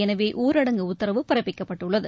எனவே ஊரடங்கு உத்தரவு பிறப்பிக்கப்பட்டுள்ளது